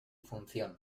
función